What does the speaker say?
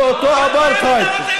לאותו אפרטהייד.